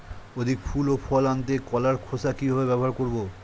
অধিক ফুল ও ফল আনতে কলার খোসা কিভাবে ব্যবহার করব?